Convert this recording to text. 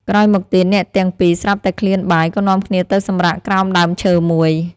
ក្រោយមកទៀត អ្នកទាំងពីរស្រាប់តែឃ្លានបាយ ក៏នាំគ្នាទៅសម្រាកក្រោមដើមឈើមួយ។